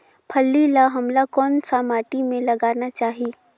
फल्ली ल हमला कौन सा माटी मे लगाना चाही?